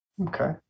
Okay